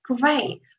Great